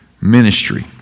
ministry